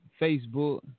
Facebook